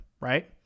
right